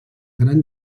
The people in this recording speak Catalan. gran